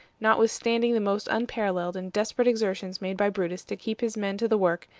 notwithstanding the most unparalleled and desperate exertions made by brutus to keep his men to the work,